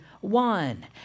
One